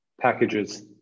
packages